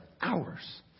hours